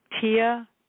Tia